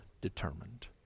determined